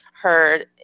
heard